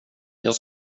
jag